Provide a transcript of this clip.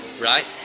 right